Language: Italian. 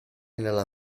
nella